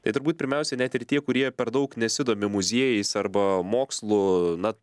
tai turbūt pirmiausia net ir tie kurie per daug nesidomi muziejais arba mokslu na